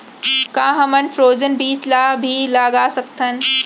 का हमन फ्रोजेन बीज ला भी लगा सकथन?